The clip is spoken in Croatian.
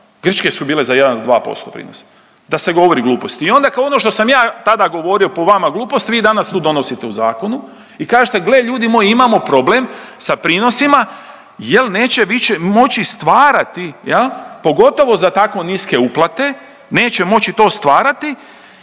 grčke su bile za 1 do 2% prinosa, da se govori gluposti. I ono što sam ja tada govorio po vama gluposti vi danas to donosite u zakonu i kažete gle ljudi moji imamo problem sa prinosima jel neće više moći stvarati, pogotovo za tako niske uplate, neće moći to stvarati